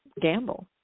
gamble